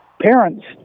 parents